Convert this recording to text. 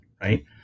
right